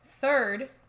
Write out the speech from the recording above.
Third